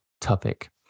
topic